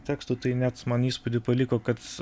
tekstų tai net man įspūdį paliko kad